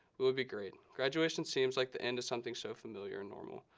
it will be great. graduation seems like the end of something so familiar and normal.